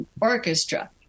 orchestra